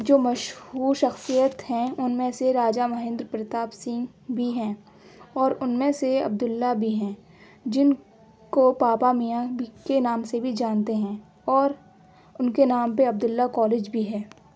جو مشہور شخصیت ہیں ان میں سے راجہ مہندر پرتاپ سنگھ بھی ہیں اور ان میں سے عبد اللہ بھی ہیں جن کو پاپا میاں بھی کے نام سے بھی جانتے ہیں اور ان کے نام پہ عبد اللہ کالج بھی ہے